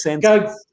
Go